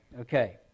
Okay